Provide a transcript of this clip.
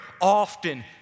often